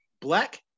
Black